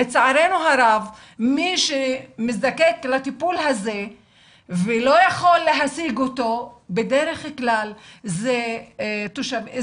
לצערנו הרב מי שנזקק לטיפול הזה ולא יכול להשיג אותו הם בדרך כלל אזרחים